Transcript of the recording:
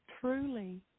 truly